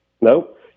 Nope